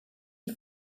die